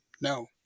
No